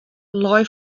lei